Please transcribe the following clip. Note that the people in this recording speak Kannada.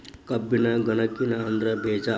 ಕಬ್ಬಿನ ಗನಕಿನ ಅದ್ರ ಬೇಜಾ